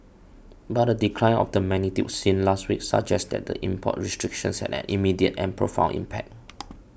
but a decline of the magnitude seen last week suggests that the import restrictions had an immediate and profound impact